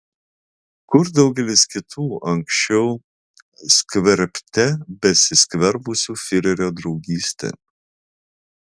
kur daugelis kitų anksčiau skverbte besiskverbusių fiurerio draugystėn